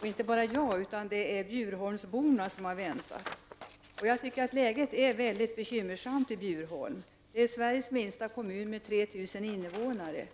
och inte bara jag utan även Bjurholmsborna har väntat. Jag tycker att läget är bekymmersamt i Bjurholm. Det är Sveriges minsta kommun med 3 000 invånare.